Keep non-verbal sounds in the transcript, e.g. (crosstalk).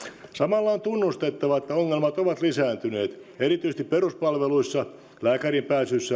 on tunnustettava että ongelmat ovat lisääntyneet erityisesti peruspalveluissa lääkäriin pääsyssä (unintelligible)